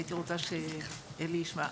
שמונה מרכזים בכל הארץ זה ממש מרעיד.